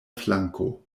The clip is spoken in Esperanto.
flanko